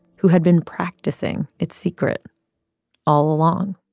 who had been practicing its secret all along.